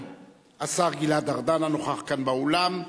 השר גלעד ארדן, הנוכח כאן באולם,